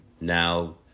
now